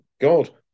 God